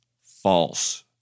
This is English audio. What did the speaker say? false